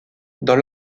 dans